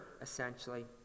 essentially